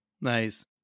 Nice